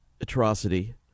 atrocity